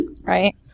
right